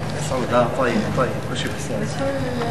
יהודים לערבים וגם בין מרכז לפריפריה ובין עניים לעשירים בוודאי,